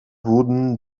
wurden